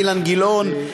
אילן גילאון,